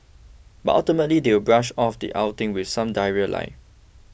but ultimately they will brush off the outing with some diarrhoea lie